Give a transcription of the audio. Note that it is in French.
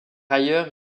ailleurs